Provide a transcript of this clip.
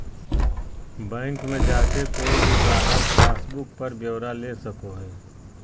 bank मे जाके कोय भी गाहक पासबुक पर ब्यौरा ले सको हय